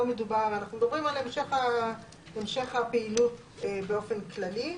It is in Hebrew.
אנחנו מדברים על המשך הפעילות באופן כללי.